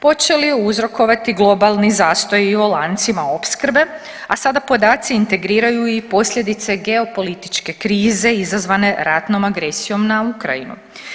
počeli uzrokovati globalni zastoj i o lancima opskrbe, a sada podaci integriraju i posljedice geopolitičke krize izazvane ratnom agresijom na Ukrajinu.